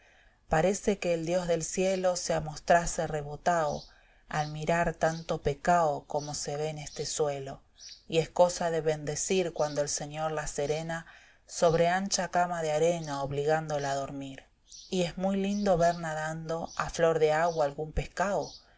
parece que el dios del cielo se amostrase rebotao al mirar tanto pecao como se ve en este suelo y es cosa de bendecir cuando el señor la serena sobre ancha cama de arena obligándoíla a dormir y es muy lindo ver nadando a flor de agua algún pescao